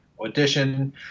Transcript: audition